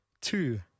two